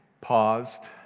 Paused